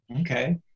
Okay